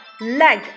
leg